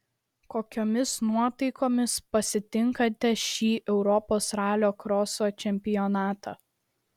kokiomis nuotaikomis pasitinkate šį europos ralio kroso čempionatą